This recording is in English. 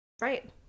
Right